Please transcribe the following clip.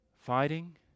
fighting